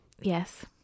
Yes